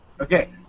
Okay